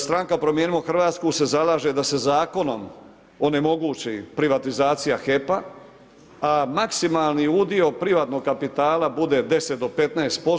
Stranka Promijenimo Hrvatsku se zalaže da se zakonom onemogući privatizacija HEP-a, a maksimalni udio privatnog kapitala bude 10 do 15%